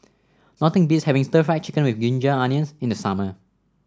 nothing beats having stir Fry Chicken with Ginger Onions in the summer